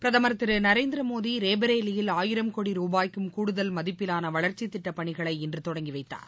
பிரதமர் திரு நரேந்திர மோடி ரேபரேலியில் ஆயிரம் கோடி ரூபாய்க்கும் கூடுதல் மதிப்பிலான வளர்ச்சி திட்டப் பணிகளை இன்று தொடங்கி வைத்தார்